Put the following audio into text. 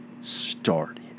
started